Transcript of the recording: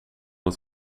het